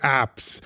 apps